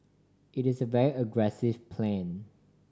it is a very aggressive plan